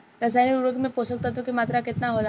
रसायनिक उर्वरक मे पोषक तत्व के मात्रा केतना होला?